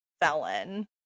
felon